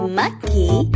monkey